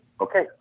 Okay